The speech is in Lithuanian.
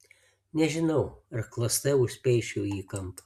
nežinau ar klasta užspeisčiau jį į kampą